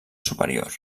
superior